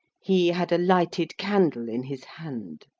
he had a lighted candle in his hand.